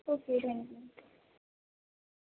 okay thank you